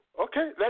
Okay